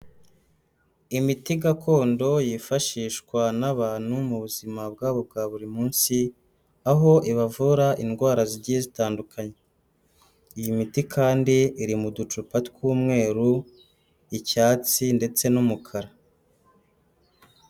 Imiti gakondo yifashishwa n'abantu mu buzima bwabo bwa buri munsi, aho ibavura indwara zigiye zitandukanye, iyi miti kandi iri mu ducupa tw'umweru, icyatsi ndetse n'umukara.